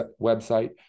website